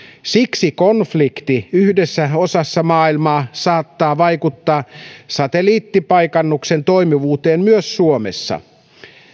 siksi konflikti yhdessä osassa maailmaa saattaa vaikuttaa satelliittipaikannuksen toimivuuteen myös suomessa